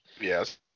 Yes